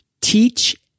Teach